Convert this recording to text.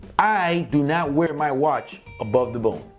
i do not wear my watch above the bone.